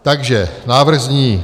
Takže návrh zní: